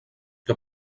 que